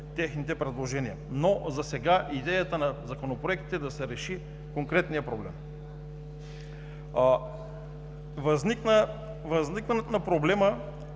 техните предложения, но засега идеята на законопроектите е да се реши конкретният проблем. Възникването на проблема